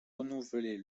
renouveler